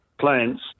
plants